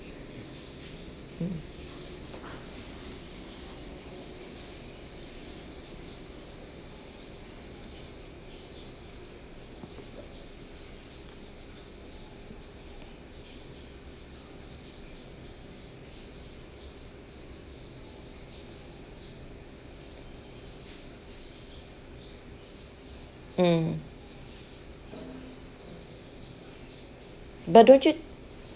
mm mm but don't you